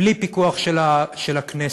בלי פיקוח של הכנסת,